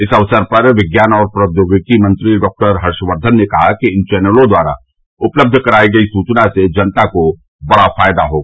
इस अवसर पर विज्ञान और प्रौद्योगिकी मंत्री डाक्टर हर्षवर्धन ने कहा इन चैनलों द्वारा उपलब्ध कराई गई सूचना से जनता को बड़ा फायदा होगा